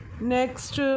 Next